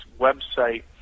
website